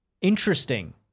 interesting